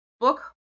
Book